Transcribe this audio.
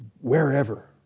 wherever